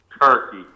turkey